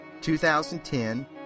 2010